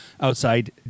outside